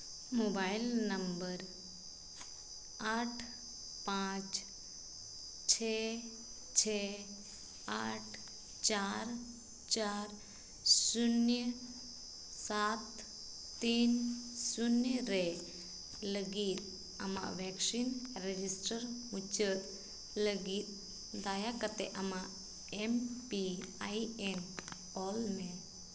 mobile number ᱟᱴ ᱯᱟᱸᱪ ᱪᱷᱮ ᱪᱷᱮ ᱟᱴ ᱪᱟᱨ ᱪᱟᱨ ᱥᱩᱱᱱᱚ ᱥᱟᱛ ᱛᱤᱱ ᱥᱩᱱᱱᱚ ᱨᱮ ᱞᱟᱹᱜᱤᱫ ᱟᱢᱟᱜ ᱵᱷᱮᱠᱥᱤᱱ ᱨᱮᱡᱤᱥᱴᱟᱨ ᱢᱩᱪᱟᱹᱫ ᱞᱟᱹᱜᱤᱫ ᱫᱟᱭᱟ ᱠᱟᱛᱮᱫ ᱟᱢᱟᱜ ᱮᱢ ᱯᱤ ᱟᱭ ᱮᱱ ᱚᱞ ᱢᱮ